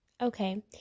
Okay